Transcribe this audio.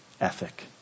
ethic